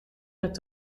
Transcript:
met